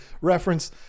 reference